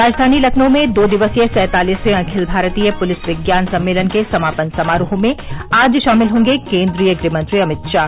राजधानी लखनऊ में दो दिवसीय सैंतालिसवें अखिल भारतीय पुलिस विज्ञान सम्मेलन के समापन समारोह में आज शामिल होंगे केन्द्रीय गृह मंत्री अमित शाह